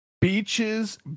Beaches